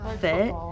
fit